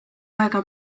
aega